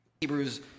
Hebrews